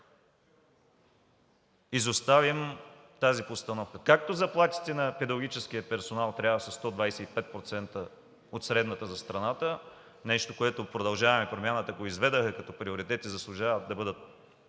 изоставим тази постановка. Заплатите на педагогическия персонал трябва да са 125% от средната за страната – нещо, което „Продължаваме Промяната“ изведоха като приоритет и заслужават да бъдат